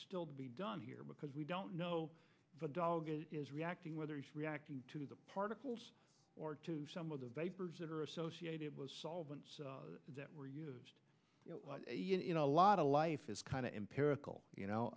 still be done here because we don't know if a dog is reacting whether it's reacting to the particles or to some of the vapors that are associated with solvents that were used in a lot of life is kind of empirical you know